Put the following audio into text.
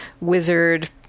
wizard